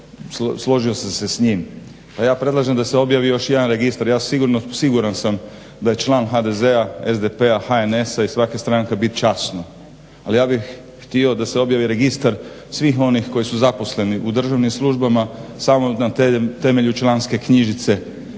Složio sam se s njih. Pa ja predlažem da se objavi još jedan registar. Siguran sam da član HDZ-a, SDP-a, HNS-a i svaka stranka bit časno. Ali ja bih htio da se objavi registar svih onih koji su zaposleni u državnim službama samo na temelju članske knjižice koja